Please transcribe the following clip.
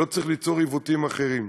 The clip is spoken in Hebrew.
לא צריך ליצור עיוותים אחרים.